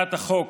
הצעת החוק